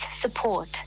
support